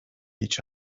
each